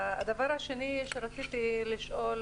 הדבר השני שרציתי לשאול,